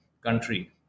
country